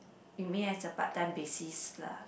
you mean as a part time basis lah